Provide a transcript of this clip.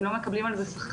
הם לא מקבלים על זה שכר.